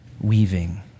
weaving